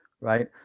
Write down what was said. right